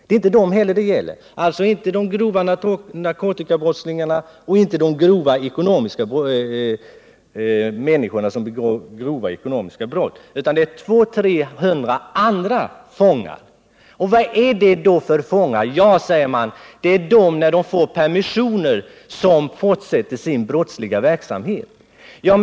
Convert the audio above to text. Det gäller i stället en helt annan kategori av 200-300 fångar. Vad är det då för fångar? Ja, säger man, det är de som fortsätter sin brottsliga verksamhet när de får permissioner.